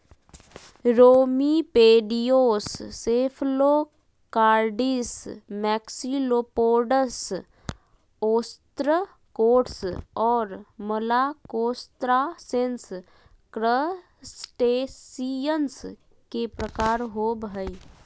remipedes, cephalocarids, maxillopods, ostracods, और malacostracans, crustaceans के प्रकार होव हइ